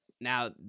now